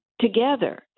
together